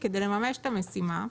כדי לממש את המשימה,